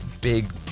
big